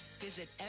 Visit